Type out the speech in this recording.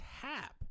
tap